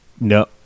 No